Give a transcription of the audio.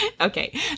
Okay